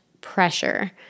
pressure